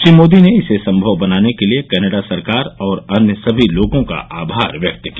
श्री मोदी ने इसे संभव बनाने के लिए कनाडा सरकार और अन्य सभी लोगों का आभार व्यक्त किया